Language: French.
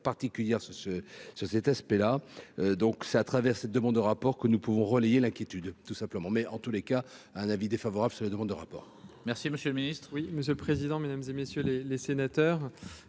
particulière ce ce ce cet aspect-là, donc c'est à travers cette demande de rapport que nous pouvons relayer l'inquiétude tout simplement mais en tous les cas un avis défavorable sur la demande de rapport.